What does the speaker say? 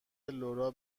لورا